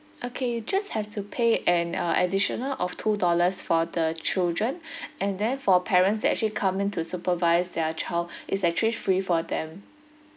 okay you just have to pay an uh additional of two dollars for the children and then for parents that actually come in to supervise their child it's actually free for them